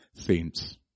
saints